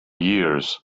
years